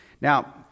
Now